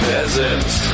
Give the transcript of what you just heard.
Peasants